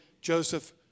Joseph